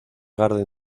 garden